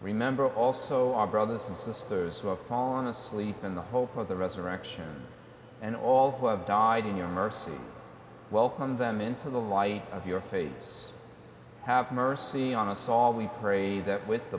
remember also our brothers and sisters who have fallen asleep in the hope of the resurrection and all who have died in your mercy welcomed them into the light of your face have mercy on us all we pray that with